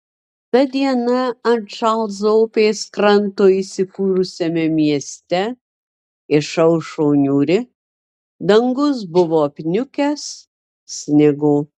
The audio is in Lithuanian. ta diena ant čarlzo upės kranto įsikūrusiame mieste išaušo niūri dangus buvo apniukęs snigo